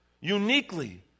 uniquely